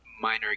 minor